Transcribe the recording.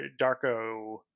Darko